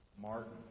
Martin